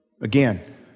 Again